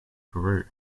peru